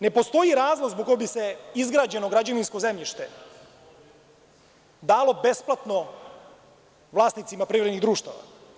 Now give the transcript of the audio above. Ne postoji razlog zbog koga bi se izgrađeno građevinsko zemljište dalo besplatno vlasnicima privrednih društava.